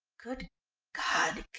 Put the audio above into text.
good god!